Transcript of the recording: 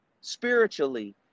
Spiritually